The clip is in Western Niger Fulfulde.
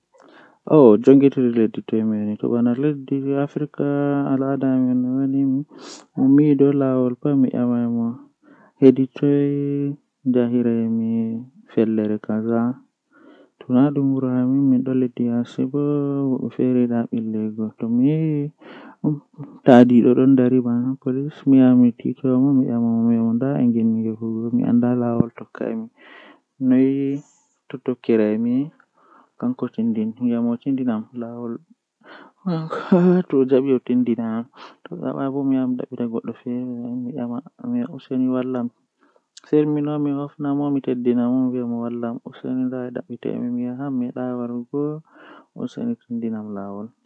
Arande kam mi habdan mi wada no mi wadata pat mi nasta nder mofngal kuugal man, Tomi nasti mi heɓa ɓe yerdake be am yoɓe yerdi be am ɓe accini am ko dume haa juɗe am jotta mi naftiran be yerda jei ɓe wanni am mi huwa kuugal ko waddi am.